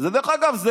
ודרך אגב,